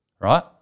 right